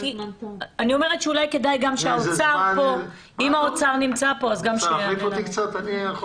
אם האוצר נמצא כאן, שיתייחס.